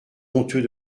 honteux